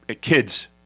Kids